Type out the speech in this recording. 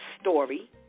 story